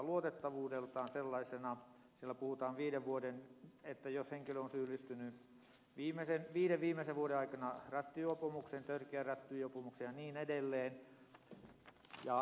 siellä puhutaan että henkilö ei ole sopiva jos hän on syyllistynyt viiden viimeisen vuoden aikana rattijuopumukseen törkeään rattijuopumukseen ja niin edelleen